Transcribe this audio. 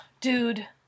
Dude